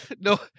No